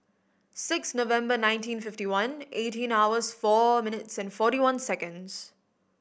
six November nineteen fifty one eighteen hours four minutes and forty one seconds